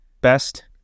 best